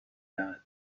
رود